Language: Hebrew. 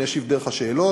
אני אשיב דרך השאלות.